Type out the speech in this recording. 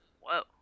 Whoa